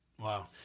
Wow